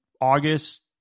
August